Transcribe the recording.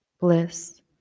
bliss